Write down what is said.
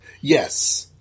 Yes